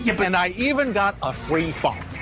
yeah but and i even got a free phone.